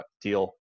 deal